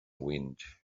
wind